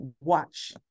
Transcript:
watch